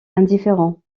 indifférent